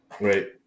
Right